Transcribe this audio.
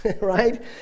right